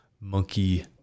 monkey